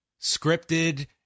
scripted